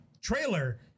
trailer